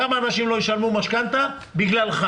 כמה אנשים לא ישלמו משכנתא בגללך.